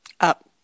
Up